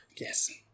Yes